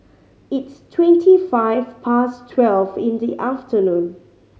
its twenty five past twelve in the afternoon